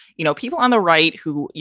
you know, people on the right who, you